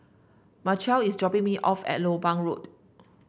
Mychal is dropping me off at Lompang Road